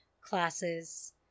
classes